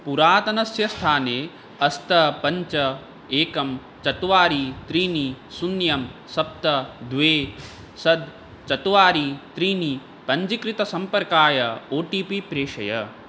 पुरातनस्य स्थाने अष्ट पञ्च एकं चत्वारि त्रीणि शून्यं सप्त द्वे षड् चत्वारि त्रीणि पञ्जीकृतसम्पर्काय ओ टी पी प्रेषय